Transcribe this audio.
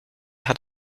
hat